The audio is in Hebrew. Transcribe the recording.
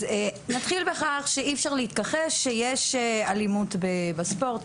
אז נתחיל בכך שאי אפשר להתכחש שיש אלימות בספורט.